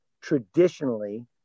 traditionally